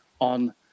on